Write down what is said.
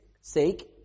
sake